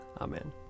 Amen